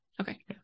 Okay